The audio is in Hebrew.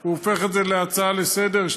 שהוא הופך את זה להצעה לסדר-היום,